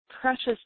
precious